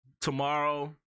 Tomorrow